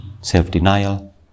self-denial